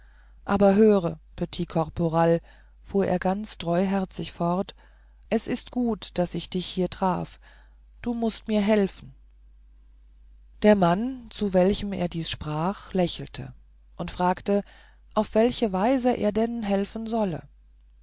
aber höre petit caporal fuhr er ganz treuherzig fort es ist gut daß ich dich hier traf du mußt mir helfen der mann zu welchem er dies sprach lächelte und fragte auf welche weise er denn helfen sollte